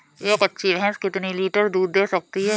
एक अच्छी भैंस कितनी लीटर दूध दे सकती है?